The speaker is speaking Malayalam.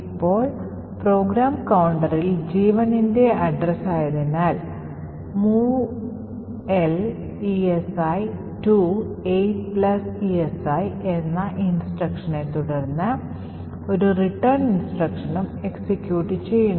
ഇപ്പോൾ program counter ൽ G1 ന്റെ address ആയതിനാൽ movl esi to 8esi എന്ന instructionനെ തുടർന്ന് ഒരു return instruction ഉം execute ചെയ്യുന്നു